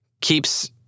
keeps